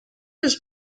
his